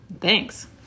Thanks